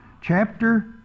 chapter